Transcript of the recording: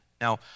Now